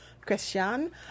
Christian